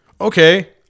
okay